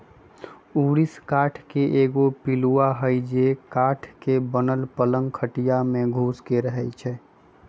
ऊरिस काठ के एगो पिलुआ हई जे काठ के बनल पलंग खटिया पर घुस के रहहै